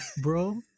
bro